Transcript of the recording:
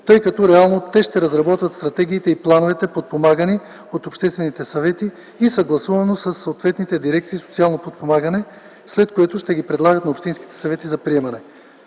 тъй като реално те ще разработват стратегиите и плановете, подпомагани от обществените съвети и съгласувано със съответните дирекции „Социално подпомагане”, след което ще ги предлагат на общинските съвети за приемане.